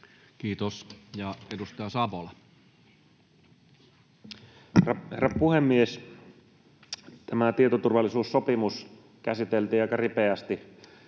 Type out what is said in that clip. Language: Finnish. Kiitos. — Edustaja Savola. Herra puhemies! Tämä tietoturvallisuussopimus käsiteltiin aika ripeästi